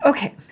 Okay